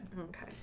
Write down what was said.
Okay